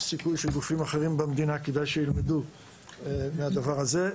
יש סיכוי שגופים אחרים במדינה כדאי שילמדו מהדבר הזה.